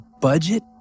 budget